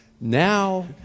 now